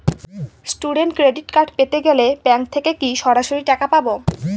Student credit card পেতে গেলে bank থেকে কি সরাসরি টাকা পাবো?